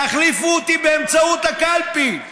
תחליפו אותי באמצעות הקלפי.